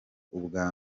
ubwa